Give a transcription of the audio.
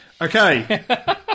Okay